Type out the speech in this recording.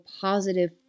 positive